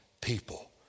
people